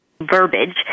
verbiage